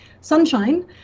sunshine